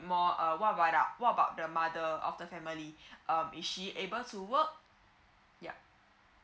more uh what about the what about the mother of the family um is she able to work yup